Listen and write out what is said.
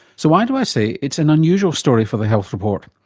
so why do i say it's an unusual story for the health report?